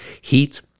heat